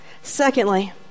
Secondly